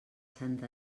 sant